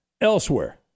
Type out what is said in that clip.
Elsewhere